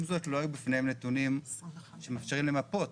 עם זאת, לא היו בפניהם נתונים שמאפשרים למפות